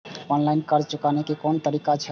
Online कर्ज चुकाने के कोन तरीका छै?